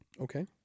Okay